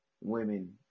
women